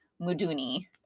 Muduni